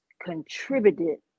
contributed